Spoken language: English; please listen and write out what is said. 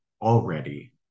already